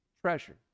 treasure